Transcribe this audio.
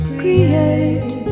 create